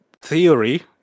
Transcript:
theory